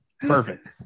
perfect